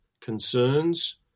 concerns